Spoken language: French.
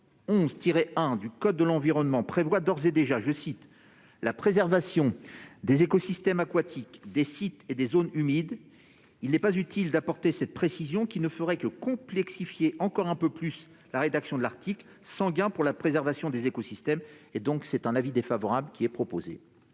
211-1 du code de l'environnement prévoit d'ores et déjà « la préservation des écosystèmes aquatiques, des sites et des zones humides », il n'est pas utile d'apporter cette précision qui ne ferait que complexifier la rédaction de l'article, sans gain pour la préservation des écosystèmes. L'avis est donc défavorable. Quel est l'avis